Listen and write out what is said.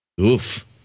Oof